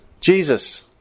Jesus